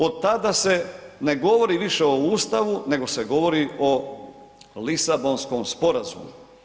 Od tada se ne govori više o ustavu nego se govori o Lisabonskom sporazumu.